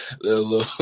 little